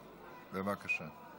בבקשה.